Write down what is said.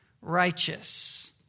righteous